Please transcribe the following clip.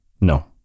No